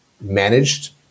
managed